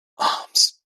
arms